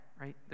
right